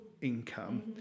income